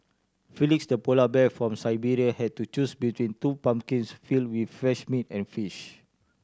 felix the polar bear from Siberia had to choose between two pumpkins filled with fresh meat and fish